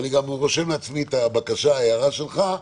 ואני גם רושם לעצמי את הבקשה, הערה שלך,